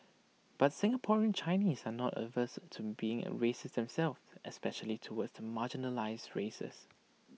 but Singaporean Chinese are not averse to being racist themselves especially towards the marginalised races